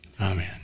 Amen